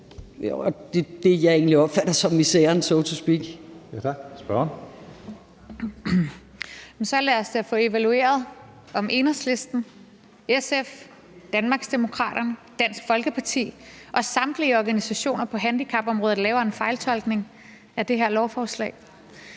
Spørgeren. Kl. 11:55 Rosa Lund (EL): Så lad os da få evalueret, om Enhedslisten, SF, Danmarksdemokraterne, Dansk Folkeparti og samtlige organisationer på handicapområdet laver en fejltolkning af det her lovforslag.